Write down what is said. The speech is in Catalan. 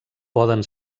poden